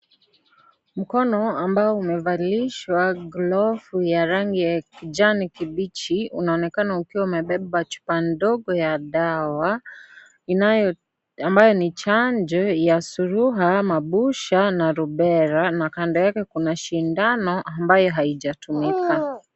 Mkono ambao umevalishwa glovu ya rangi ya kijani kibichi unaonekana ukiwa umebeba chupa ndogo ya dawa ambayo ni chanjo ya Surua, mapusha na Rubella. Na kando yake kuna sindano ambayo haijatumika.